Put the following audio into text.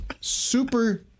Super